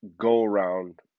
go-around